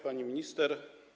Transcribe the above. Pani Minister!